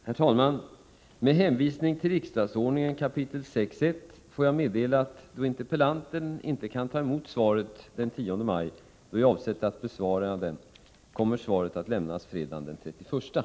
Herr talman! Med hänvisning till riksdagsordningens 6 kap. 1 § får jag meddela att eftersom interpellanten inte kan ta emot svaret den 10 maj, då jag hade avsett att besvara interpellationen, kommer svaret att lämnas fredagen den 31 maj.